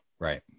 Right